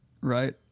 Right